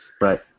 Right